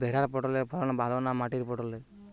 ভেরার পটলের ফলন ভালো না মাটির পটলের?